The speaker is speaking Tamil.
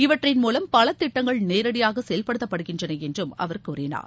இவற்றின் மூலம் பல திட்டங்கள் நேரடியாக செயல்படுத்தப்படுகின்றன என்றும் அவர் கூறினார்